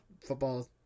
football